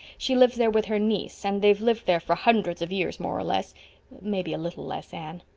she lives there with her niece, and they've lived there for hundreds of years, more or less maybe a little less, anne.